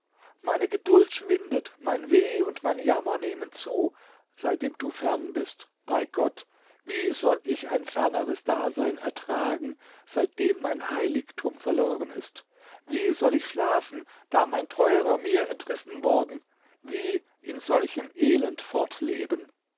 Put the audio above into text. meine geduld schwindet mein weh und mein jammer nehmen zu seitdem du fern bist bei gott wie soll ich ein ferneres dasein ertragen seitdem mein heiligtum verloren ist wie soll ich schlafen da mein teurer mir entrissen worden wie in solchem elend